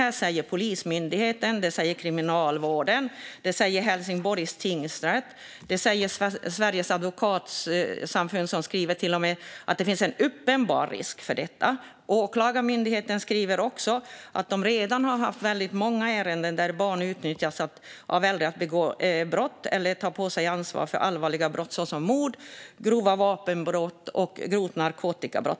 Detta säger Polismyndigheten, Kriminalvården, Helsingborgs tingsrätt och Sveriges advokatsamfund. Sveriges advokatsamfund skriver till och med att det finns en uppenbar risk för detta. Åklagarmyndigheten skriver att man redan har haft väldigt många ärenden där barn utnyttjats av äldre att begå brott eller att ta på sig ansvaret för allvarliga brott som mord, grova vapenbrott och grova narkotikabrott.